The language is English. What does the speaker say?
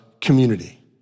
community